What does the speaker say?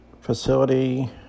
facility